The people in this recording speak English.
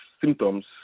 symptoms